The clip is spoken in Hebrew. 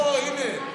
אוה, הינה.